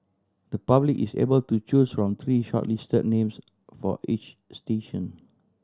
the public is able to choose from three shortlisted names for each station